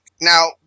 Now